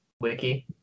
wiki